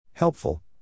helpful